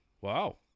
wow